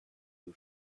who